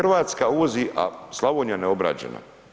RH uvozi, a Slavonija neobrađena.